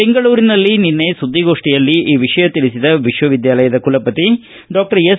ಬೆಂಗಳೂರಿನಲ್ಲಿ ನಿನ್ನೆ ಸುದ್ದಿಗೋಷ್ಠಿಯಲ್ಲಿ ಈ ವಿಷಯ ತಿಳಿಸಿದ ವಿಶ್ವವಿದ್ಯಾಲಯದ ಕುಲಪತಿ ಡಾಕ್ಷರ್ ಎಸ್